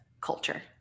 culture